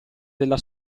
della